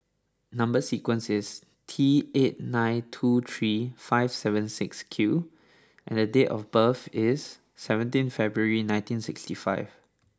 number sequence is T eight nine two three five seven six Q and date of birth is seventeen February nineteen sixty five